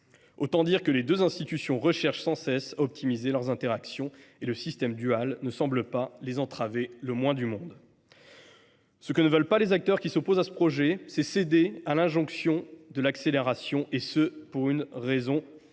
Autant dire que les deux institutions cherchent sans cesse à optimiser leurs interactions et que le système dual ne semble pas les entraver le moins du monde. Ce que ne veulent pas les acteurs qui s’opposent à ce projet, c’est céder à l’injonction de l’accélération, et cela pour une raison bien